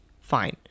fine